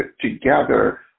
together